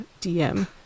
DM